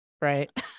right